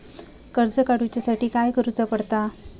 कर्ज काडूच्या साठी काय करुचा पडता?